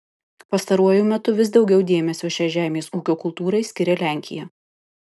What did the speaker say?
pastaruoju metu vis daugiau dėmesio šiai žemės ūkio kultūrai skiria lenkija